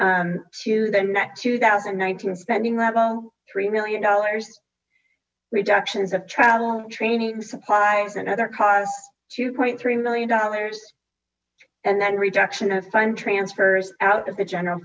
net two thousand and nineteen spending level three million dollars reductions of travel training supplies and other costs two point three million dollars and then reduction of fund transfers out of the general